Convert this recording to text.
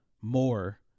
more